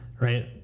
right